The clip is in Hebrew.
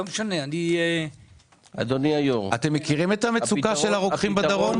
אתם מכירים את המצוקה של הרוקחים בדרום?